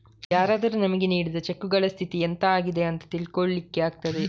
ಯಾರಾದರೂ ನಮಿಗೆ ನೀಡಿದ ಚೆಕ್ಕುಗಳ ಸ್ಥಿತಿ ಎಂತ ಆಗಿದೆ ಅಂತ ತಿಳ್ಕೊಳ್ಳಿಕ್ಕೆ ಆಗ್ತದೆ